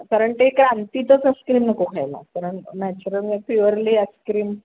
कारण ते क्रांतीचंच आयस्क्रीम नको खायला कारण नॅचरल प्युअरली आइस्क्रीम